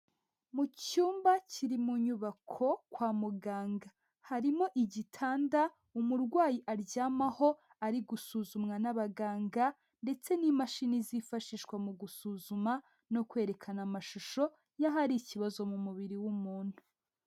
Mu cyumba kiri mu nyubako kwa muganga, harimo igitanda umurwayi aryamaho ari gusuzumwa n'abaganga ndetse n'imashini zifashishwa mu gusuzuma no kwerekana amashusho y'ahari ikibazo mu mubiri w'umuntu.